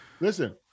Listen